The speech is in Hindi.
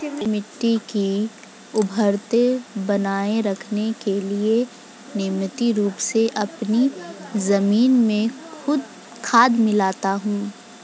मैं मिट्टी की उर्वरता बनाए रखने के लिए नियमित रूप से अपनी जमीन में खाद मिलाता हूं